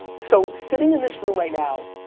so, sitting in this room right now,